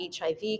HIV